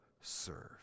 serve